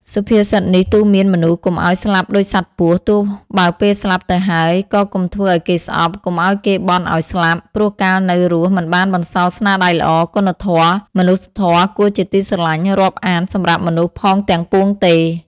សុភាសិតនេះទូន្មានមនុស្សកុំឲ្យស្លាប់ដូចសត្វពស់ ទោះបើពេលស្លាប់ទៅហើយ ក៏កុំធ្វើឲ្យគេស្អប់ កុំឲ្យគេបន់ឲ្យស្លាប់ ព្រោះកាលនៅរស់មិនបានបន្សល់ស្នាដៃល្អ គុណធម៌ មនុស្សធម៌គួរជាទីស្រឡាញ់រាប់អានសម្រាប់មនុស្សផងទាំងពួងទេ ។